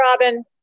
Robin